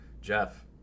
Jeff